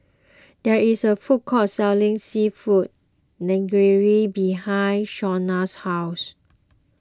there is a food court selling Seafood Linguine behind Shawnna's house